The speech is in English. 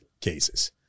cases